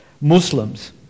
muslims